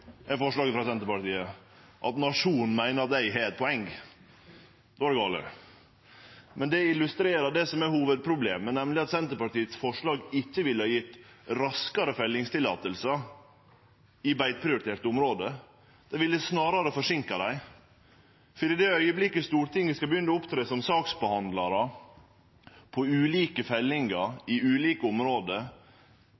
er forslaget frå Senterpartiet at Nationen meiner eg har eit poeng – då er det gale. Det illustrerer det som er hovudproblemet, nemleg at Senterpartiets forslag ikkje ville gjeve raskare fellingsløyve i beiteprioriterte område. Det ville snarare ha forsinka dei, for i den augeblinken Stortinget skulle begynne å opptre som saksbehandlar på ulike fellingar